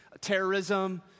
terrorism